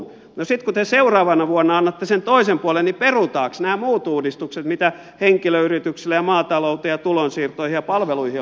no sitten kun te seuraavana vuonna annatte sen toisen puolen niin perutaanko nämä muut uudistukset mitä henkilöyrityksille ja maatalouteen ja tulonsiirtoihin ja palveluihin on sitten käytetty